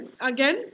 Again